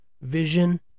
vision